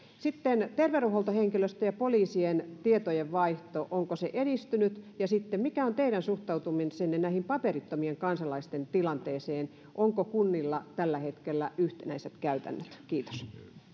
sitten terveydenhuoltohenkilöstön ja poliisien tietojenvaihto onko se edistynyt ja sitten mikä on teidän suhtautumisenne näiden paperittomien kansalaisten tilanteeseen onko kunnilla tällä hetkellä yhtenäiset käytännöt kiitos